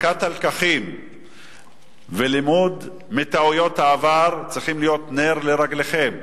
הפקת הלקחים ולימוד מטעויות העבר צריכים להיות נר לרגליכם.